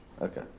Okay